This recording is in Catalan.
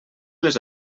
les